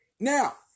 Now